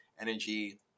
energy